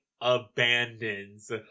abandons